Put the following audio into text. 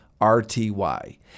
RTY